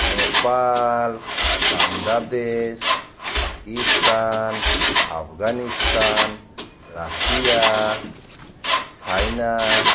Nepal Bangladesh Pakistan Afghanistan Russia China